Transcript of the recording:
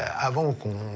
have a